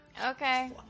Okay